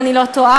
אם אני לא טועה,